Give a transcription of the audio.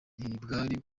ntibwari